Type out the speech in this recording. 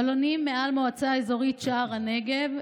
בלונים מעל מועצה האזורית שער הנגב,